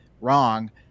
wrong